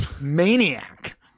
maniac